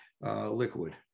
liquid